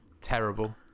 Terrible